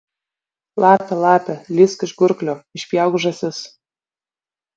lape lape lįsk iš gurklio išpjauk žąsis